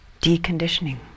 Deconditioning